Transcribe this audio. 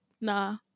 Nah